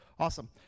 Awesome